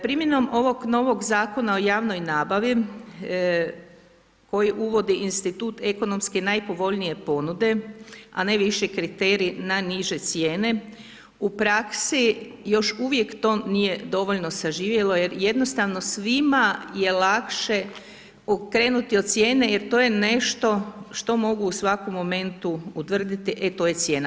Primjenom ovog novog Zakona o javnoj nabavi koji uvodi institut ekonomski najpovoljnije ponude, a ne više kriterij na niže cijene, u praksi još uvijek to nije dovoljno saživjelo jer jednostavno svima je lakše okrenuti od cijene jer to je nešto što mogu u svakom momentu utvrditi, e to je cijena.